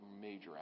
major